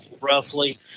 Roughly